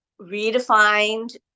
redefined